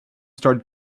started